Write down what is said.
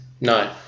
No